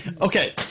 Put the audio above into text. Okay